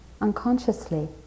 unconsciously